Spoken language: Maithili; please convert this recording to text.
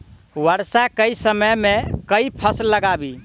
वर्षा केँ समय मे केँ फसल लगाबी?